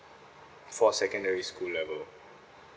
for secondary school level